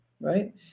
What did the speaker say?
right